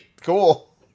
cool